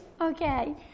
Okay